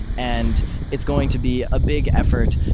and it's going to be a big effort.